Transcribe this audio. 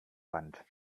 wand